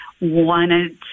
wanted